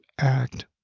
act